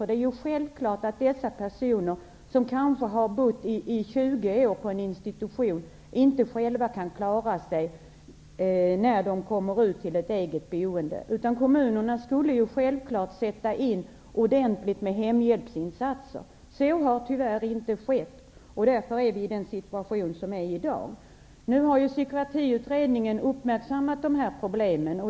Det är självklart att dessa personer som kanske har bott i 20 år på en institution inte kan klara sig själva när de kommer ut i ett eget boende. Kommunerna skulle självfallet sätta in ordentliga hemhjälpsinsatser. Så har tyvärr inte skett, och därför befinner vi oss i den här situationen i dag. Psykiatriutredningen har uppmärksammat dessa problem.